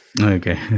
okay